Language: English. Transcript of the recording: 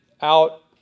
out